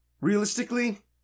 realistically